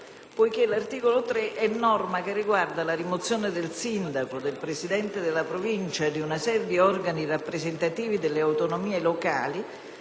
dall'articolo 3, che prevede la rimozione del sindaco, del presidente della Provincia e di una serie di organi rappresentativi delle autonomie locali.